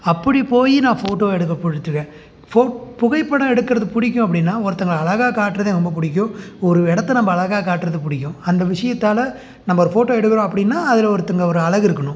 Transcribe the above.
அப்படி போய் நான் ஃபோட்டோ எடுக்க போயிட்டுருக்கேன் ஃபோ புகைப்படம் எடுக்கறது பிடிக்கும் அப்படின்னா ஒருத்தங்களை அழகா காட்டுறது எனக்கு ரொம்ப பிடிக்கும் ஒரு இடத்த நம்ப அழகா காட்டுறது பிடிக்கும் அந்த விஷயத்தால நம்ம ஒரு ஃபோட்டோ எடுக்குறோம் அப்படின்னா அதில் ஒருத்தங்க ஒரு அழகு இருக்கணும்